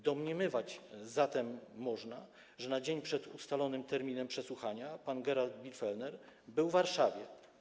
Domniemywać zatem można, że na dzień przed ustalonym terminem przesłuchania pan Gerald Birgfellner był w Warszawie.